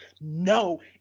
no